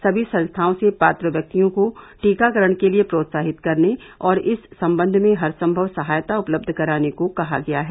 समी संस्थाओं से पात्र व्यक्तियों को टीकाकरण के लिए प्रोत्साहित करने और इस संबंध में हर संभव सहायता उपलब्ध कराने को कहा गया है